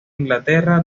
inglaterra